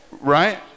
Right